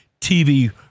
TV